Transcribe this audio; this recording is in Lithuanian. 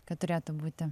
kad turėtų būti